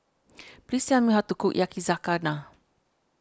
please tell me how to cook Yakizakana